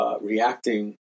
reacting